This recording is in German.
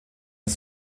das